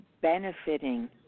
benefiting